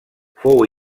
fou